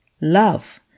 love